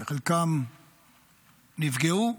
שחלקם נפגעו,